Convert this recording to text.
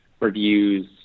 reviews